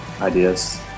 ideas